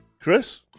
Chris